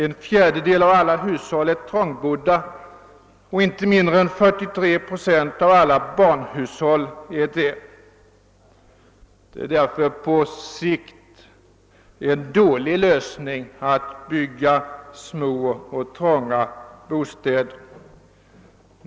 En fjärdedel av alla hushåll är trångbodda och detta är fallet med inte mindre än 43 procent av alla barnhushåll. Det är därför på sikt en dålig lösning att bygga små och trånga bostäder.